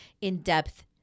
in-depth